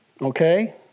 Okay